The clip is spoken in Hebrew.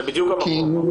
זה בדיוק המקום.